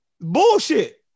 Bullshit